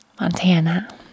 montana